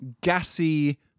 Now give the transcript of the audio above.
gassy